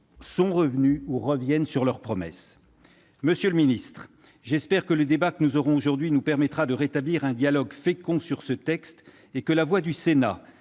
sont revenues ou reviennent sur leurs promesses. Monsieur le ministre, j'espère que le présent débat nous permettra de rétablir un dialogue fécond sur ce texte et que la voix du Sénat,